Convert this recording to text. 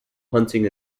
hunting